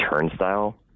Turnstile